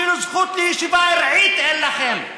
אפילו זכות לישיבה ארעית אין לכם.